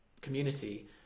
community